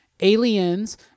Aliens